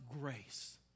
grace